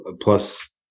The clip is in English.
plus